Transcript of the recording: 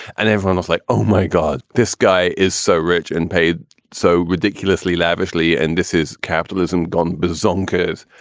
and everyone was like, oh, my god, this guy is so rich and paid so ridiculously lavishly. and this is capitalism gone by his own kids.